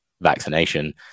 vaccination